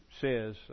says